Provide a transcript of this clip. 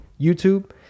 YouTube